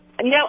No